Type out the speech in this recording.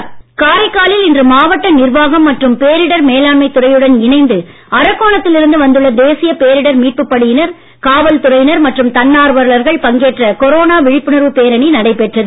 காரைக்கால் பேரணி காரைக்காலில் இன்று மாவட்ட நிர்வாகம் மற்றும் பேரிடர் மேலாண்மைத் துறையுடன் இணைந்து அரக்கோணத்தில் இருந்து வந்துள்ள தேசிய பேரிடர் மீட்பு படையினர் மற்றும் காவல்துறையினர் தன்னார்வலர்கள் பங்கேற்ற கொரோனா விழிப்புணர்வு பேரணி நடைபெற்றது